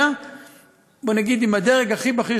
אם יקפידו על השקט בקהל.